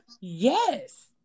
Yes